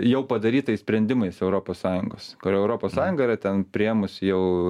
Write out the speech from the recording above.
jau padarytais sprendimais europos sąjungos kur europos sąjunga yra ten priėmusi jau